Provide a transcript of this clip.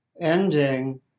ending